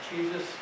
Jesus